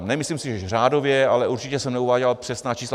Nemyslím si, že řádově, ale určitě jsem neuváděl přesná čísla.